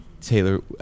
Taylor